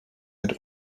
had